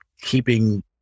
keeping